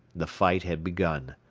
the fight had begun.